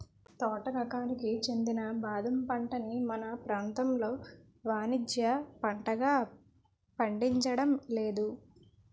తోట రకానికి చెందిన బాదం పంటని మన ప్రాంతంలో వానిజ్య పంటగా పండించడం లేదు